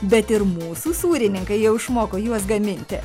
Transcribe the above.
bet ir mūsų sūrininkai jau išmoko juos gaminti